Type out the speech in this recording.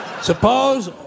Suppose